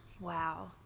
Wow